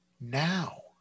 now